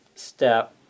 step